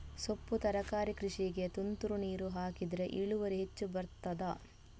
ಸೊಪ್ಪು ತರಕಾರಿ ಕೃಷಿಗೆ ತುಂತುರು ನೀರು ಹಾಕಿದ್ರೆ ಇಳುವರಿ ಹೆಚ್ಚು ಬರ್ತದ?